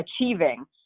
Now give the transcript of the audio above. achieving